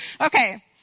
Okay